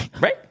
right